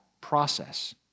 process